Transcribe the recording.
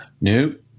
Nope